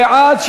בעד,